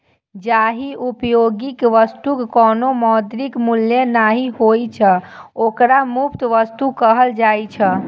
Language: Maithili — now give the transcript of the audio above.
जाहि उपयोगी वस्तुक कोनो मौद्रिक मूल्य नहि होइ छै, ओकरा मुफ्त वस्तु कहल जाइ छै